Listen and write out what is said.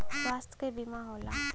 स्वास्थ्य क बीमा होला